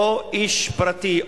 או איש פרטי,